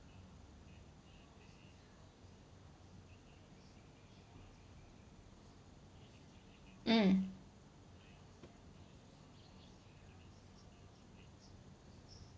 mm